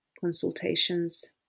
consultations